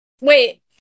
Wait